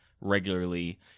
regularly